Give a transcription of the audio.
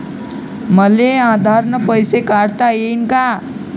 मले आधार न पैसे काढता येईन का?